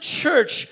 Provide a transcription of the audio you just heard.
church